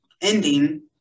ending